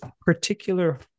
particular